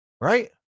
Right